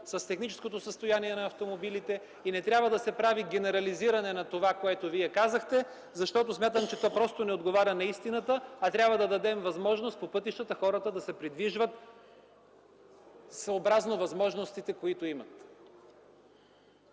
с техническото състояние на автомобилите и не трябва да се прави генерализиране на това, което Вие казахте, защото смятам, че то просто не отговаря на истината, а трябва да дадем възможност по пътищата хората да се придвижват съобразно възможностите, които имат.